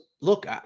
look